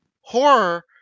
horror